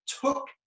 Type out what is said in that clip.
took